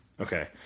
Okay